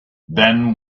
then